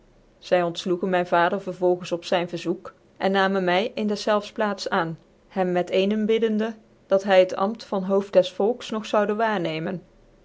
zy oncflocgen myn vader vervolgens op zyn verzoek cn namen my in desfclfs plaats aan hem met eencn biddende dat hy het ampt van hooft des volks nog zoude waarnemen